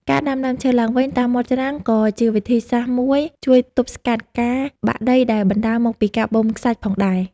ការដាំដើមឈើឡើងវិញតាមមាត់ច្រាំងក៏ជាវិធីសាស្ត្រមួយជួយទប់ស្កាត់ការបាក់ដីដែលបណ្តាលមកពីការបូមខ្សាច់ផងដែរ។